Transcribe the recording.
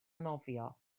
nofio